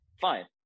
fine